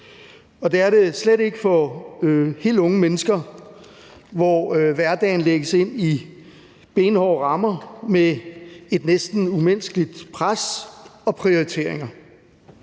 Og det er det slet ikke for helt unge mennesker, for hvem hverdagen lægges i benhårde rammer med et næsten umenneskeligt pres og prioriteringer